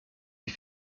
sie